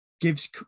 gives